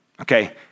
okay